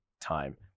time